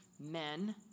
men